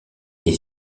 est